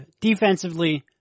defensively